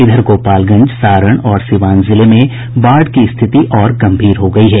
इधर गोपालगंज सारण और सिवान जिले में बाढ़ की स्थिति और गंभीर हो गयी है